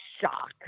shock